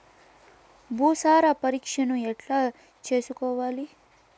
భూసార పరీక్షను ఎట్లా చేసుకోవాలి?